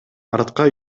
артка